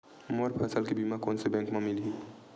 मोर फसल के बीमा कोन से बैंक म मिलही?